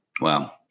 Wow